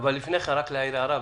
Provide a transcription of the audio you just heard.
אבל לפני כן רק להעיר הערה.